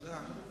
תודה.